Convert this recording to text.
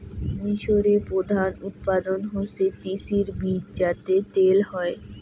মিশরে প্রধান উৎপাদন হসে তিসির বীজ যাতে তেল হই